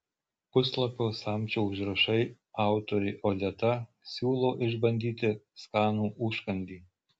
puslapio samčio užrašai autorė odeta siūlo išbandyti skanų užkandį